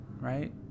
right